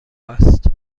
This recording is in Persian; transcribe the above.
است